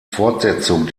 fortsetzung